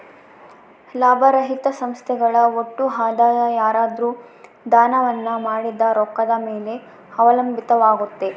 ಲಾಭರಹಿತ ಸಂಸ್ಥೆಗಳ ಒಟ್ಟು ಆದಾಯ ಯಾರಾದ್ರು ದಾನವನ್ನ ಮಾಡಿದ ರೊಕ್ಕದ ಮೇಲೆ ಅವಲಂಬಿತವಾಗುತ್ತೆ